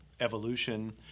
evolution